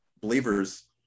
believers